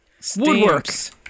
Woodworks